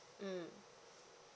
mmhmm